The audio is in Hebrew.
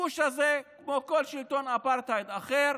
הכיבוש הזה, כמו כל שלטון אפרטהייד אחר,